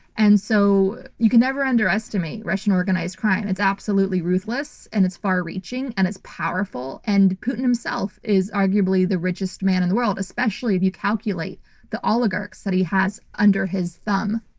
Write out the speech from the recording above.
and so, you can never underestimate russian organized crime. it's absolutely ruthless and it's far-reaching and it's powerful. and putin himself is arguably the richest man in the world, especially if you calculate the oligarchs that he has under his thumb.